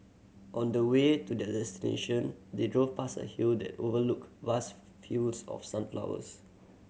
on the way to their destination they drove past a hill that overlooked vast fields of sunflowers